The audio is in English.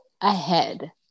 ahead